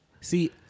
See